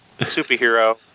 superhero